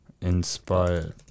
inspired